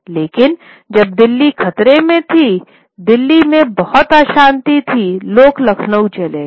लेकिन जब दिल्ली खतरे में थी दिल्ली में बहुत अशांति थी लोग लखनऊ चले गए